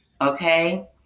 Okay